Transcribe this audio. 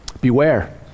Beware